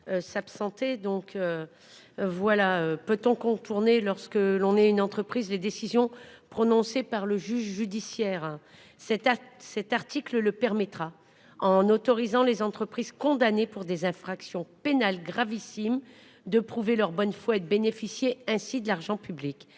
Voilà. Peut-on contourner lorsque l'on est une entreprise des décisions prononcées par le juge judiciaire. C'est à cet article le permettra en autorisant les entreprises condamnées pour des infractions pénales gravissime de prouver leur bonne foi et de bénéficier ainsi de l'argent public.